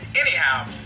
Anyhow